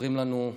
שמספרים לנו: